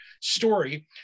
story